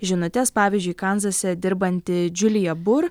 žinutes pavyzdžiui kanzase dirbanti džiulija bur